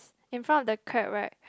in front of the crab right